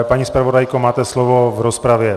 Paní zpravodajko, máte slovo v rozpravě.